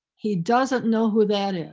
he doesn't know who that is.